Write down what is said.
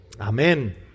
Amen